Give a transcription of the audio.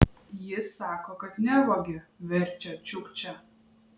jis sako kad nevogė verčia čiukčia